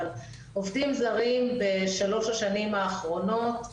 אבל עובדים זרים בשלוש השנים האחרונות הגישו,